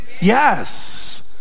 yes